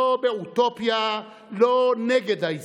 לא באוטופיה, לא נגד ההיסטוריה.